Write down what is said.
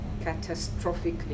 catastrophically